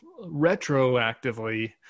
retroactively